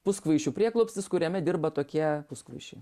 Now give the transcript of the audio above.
puskvaišių prieglobstis kuriame dirba tokie puskvaišiai